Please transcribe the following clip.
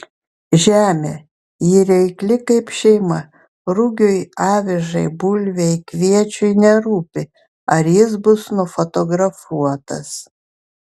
žemė ji reikli kaip šeima rugiui avižai bulvei kviečiui nerūpi ar jis bus nufotografuotas